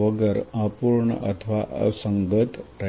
વગર અપૂર્ણ અથવા અસંગત રહેશે